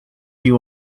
you